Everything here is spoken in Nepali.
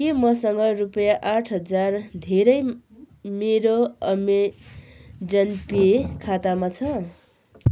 के मसँग रुपियाँ आठ हजार धेरै मेरो अमेजन पे खातामा छ